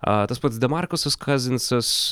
a tas pats demarkusas kazinsas